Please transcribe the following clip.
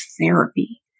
therapy